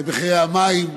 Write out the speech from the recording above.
את מחירי המים,